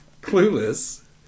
Clueless